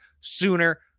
sooner